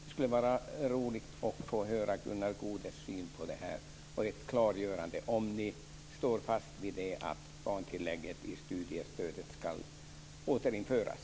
Det skulle vara roligt att få höra Gunnar Goudes syn på det här och få ett klargörande av om ni står fast vid att barntillägget i studiestödet ska återinföras.